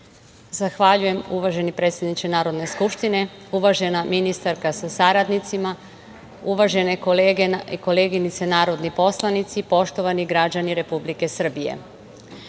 Zahvaljujem, uvaženi predsedniče Narodne skupštine. Uvažena ministarko sa saradnicima, uvažene kolege i koleginice narodni poslanici, poštovani građani Republike Srbije,